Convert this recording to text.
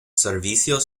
servicios